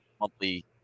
monthly